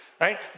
right